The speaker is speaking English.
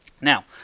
Now